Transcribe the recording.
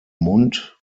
mund